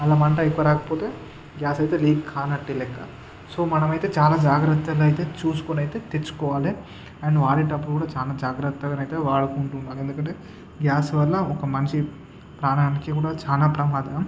అలా మంట ఎక్కువ రాకపోతే గ్యాస్ అయితే లీక్ కానట్టే లెక్క సో మనమైతే చాలా జాగ్రత్తనైతే చూసుకొనైతే తెచ్చుకోవాలి అండ్ వాడేటప్పుడు కూడా చాలా జాగ్రత్తగా వాడుకుంటూ ఉండాలి ఎందుకంటే గ్యాస్ వల్ల ఒక మనిషి ప్రాణానికి కూడా చాలా ప్రమాదం